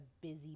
busy